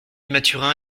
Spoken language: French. mathurin